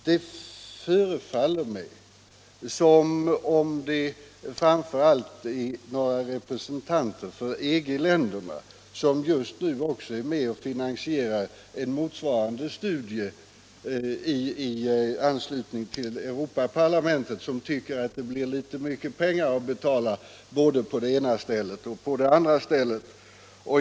Det förefaller mig som om det framför allt är några representanter för EG-länderna — som just nu också är med om att finansiera en motsvarande studio i anslutning till Europaparlamentet — som tycker att det blir väl mycket pengar att betala både på det ena stället och på det andra stället.